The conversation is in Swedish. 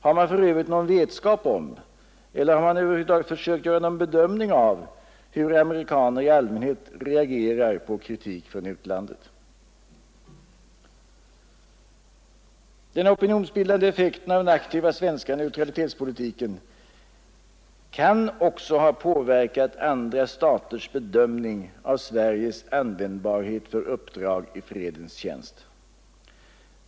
Har man för övrigt någon vetskap om eller har man över huvud taget försökt göra någon bedömning av hur amerikaner i allmänhet reagerar på kritik från utlandet? Den opinionsbildande effekten av den aktiva svenska neutralitetspolitiken kan också ha påverkat andra staters bedömning av Sveriges användbarhet för uppdrag i fredens tjänst.